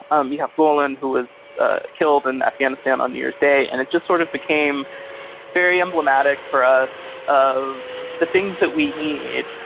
um you have poland who was ah killed in afghanistan on new year's day. and it just sort of became very emblematic for us of the things that we need.